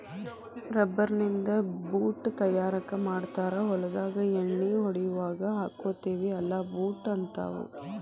rubber ನಿಂದ boot ತಯಾರ ಮಾಡ್ತಾರ ಹೊಲದಾಗ ಎಣ್ಣಿ ಹೊಡಿಯುವಾಗ ಹಾಕ್ಕೊತೆವಿ ಅಲಾ ಬೂಟ ಹಂತಾವ